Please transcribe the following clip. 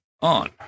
on